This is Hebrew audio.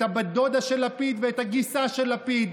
את הבת דודה של לפיד ואת הגיסה של לפיד.